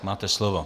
Máte slovo.